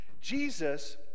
Jesus